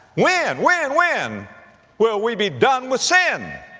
when, when, and when will we be done with sin?